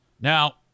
Now